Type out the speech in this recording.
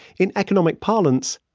in economic parlance,